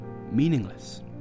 meaningless